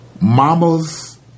Mamas